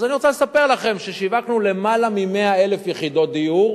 אז אני רוצה לספר לכם ששיווקנו למעלה מ-100,000 יחידות דיור